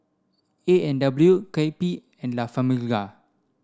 A and W Kewpie and La Famiglia